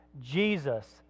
Jesus